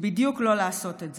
בדיוק לא לעשות את זה.